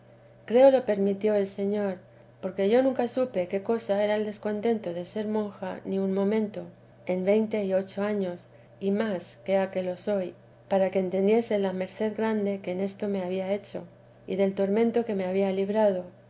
creo lo permitió el señor porque yo nunca supe qué cosa era descontento de ser monja ni un momento en veintiocho años y más que ha que lo soy para que entendiese la merced gr'ande que en esto me había hecho y del tormento que me había librado